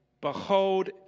Behold